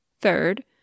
Third